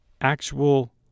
actual